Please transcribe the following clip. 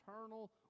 eternal